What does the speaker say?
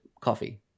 coffee